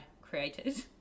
created